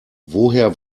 woher